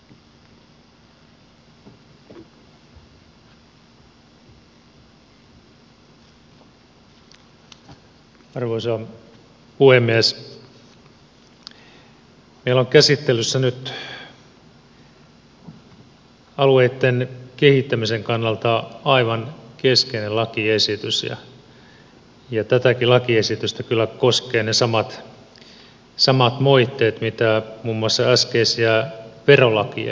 meillä on käsittelyssä nyt alueitten kehittämisen kannalta aivan keskeinen lakiesitys ja tätäkin lakiesitystä kyllä koskevat ne samat moitteet mitä muun muassa äskeisiä verolakien käsittelyjä